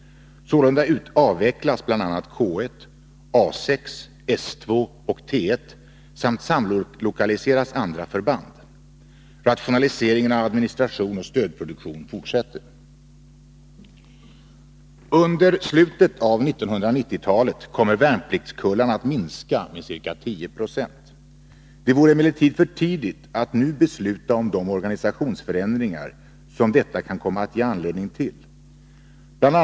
Sålunda avvecklas bl.a. K 1, A 6, § 2 och T 1 samt samlokaliseras andra förband. Rationaliseringen av administration och stödproduktion fortsätter. Under slutet av 1990-talet kommer värnpliktskullarna att minska med ca 10 20. Det vore emellertid för tidigt att nu besluta om de organisationsförändringar som detta kan komma att ge anledning till. Bl.